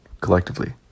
collectively